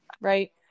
right